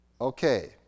okay